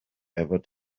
ever